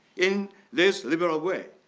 in this liberal way,